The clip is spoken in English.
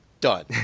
Done